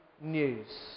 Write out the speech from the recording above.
news